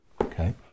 okay